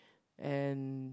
and